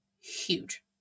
huge